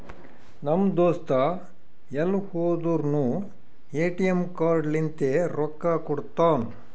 ನಮ್ ದೋಸ್ತ ಎಲ್ ಹೋದುರ್ನು ಎ.ಟಿ.ಎಮ್ ಕಾರ್ಡ್ ಲಿಂತೆ ರೊಕ್ಕಾ ಕೊಡ್ತಾನ್